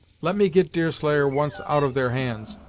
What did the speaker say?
let me get deerslayer once out of their hands,